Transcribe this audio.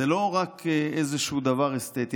זה לא רק איזשהו דבר אסתטי.